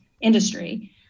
industry